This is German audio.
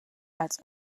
als